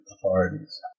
authorities